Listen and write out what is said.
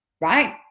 right